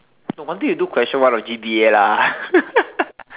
no wonder you do question one of G_D_A lah